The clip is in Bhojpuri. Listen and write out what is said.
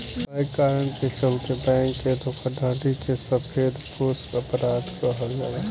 कए कारण के चलते बैंक के धोखाधड़ी के सफेदपोश अपराध कहल जाला